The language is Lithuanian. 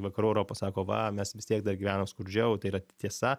vakarų europą sako va mes vis tiek dar gyvenam skurdžiau tai yra tiesa